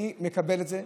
אני מקבל את זה,